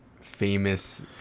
famous